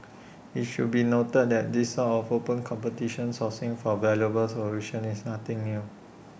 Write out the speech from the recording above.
IT should be noted that this sort of open competition sourcing for valuable solutions is nothing new